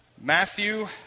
Matthew